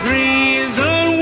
reason